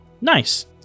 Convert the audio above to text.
Nice